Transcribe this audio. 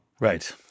Right